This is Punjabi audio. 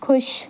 ਖੁਸ਼